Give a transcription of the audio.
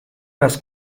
las